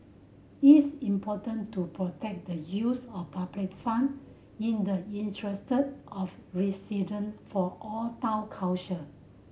is important to protect the use of public fund in the interest of resident for all Town Council